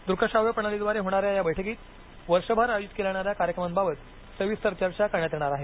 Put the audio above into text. दृकश्राव्यप्रणालीद्वारे होणाऱ्या या बैठकीत वर्षभर आयोजित केल्या जाणाऱ्या कार्यक्रमांबाबत सविस्तर चर्चा करण्यात येणार आहेत